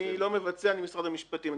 אני לא מבצע, אני משרד המשפטים.